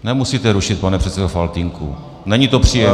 Nemusíte rušit, pane předsedo Faltýnku, není to příjemné.